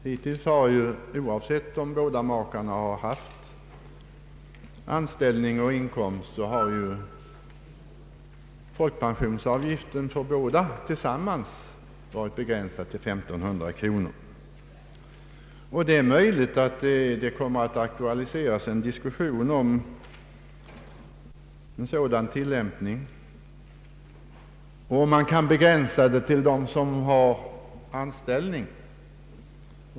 Hittills har folkpensionsavgiften för båda tillsammans, oavsett om båda makarna har haft anställning och inkomster, varit begränsad till 1500 kronor. Det är möjligt att det kommer att aktualiseras en diskussion om en begränsning av tillämpningen till dem som har anställning.